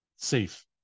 safe